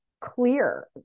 clear